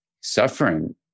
suffering